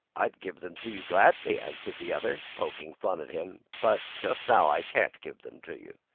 i'd give them to you gladly, answered the other, poking fun at him, but just now i can't give them to you.